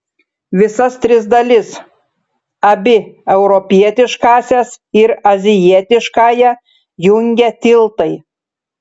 visas tris dalis abi europietiškąsias ir azijietiškąją jungia tiltai